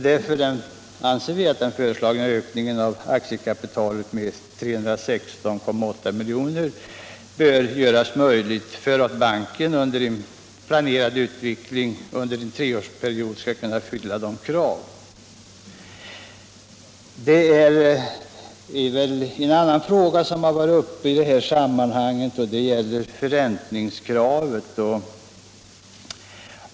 Därför anser vi att den föreslagna ökningen av aktiekapitalet med 316,8 milj.kr. bör möjliggöras för att banken vid en planerad utveckling under en treårsperiod skall kunna motsvara kraven. Det är också en annan fråga som har varit uppe i det här sammanhanget, nämligen frågan om förräntningskravet.